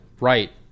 right